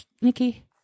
Nikki